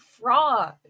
frog